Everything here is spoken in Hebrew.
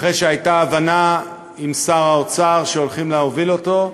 אחרי שהייתה הבנה עם שר האוצר שהולכים להוביל אותו,